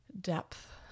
depth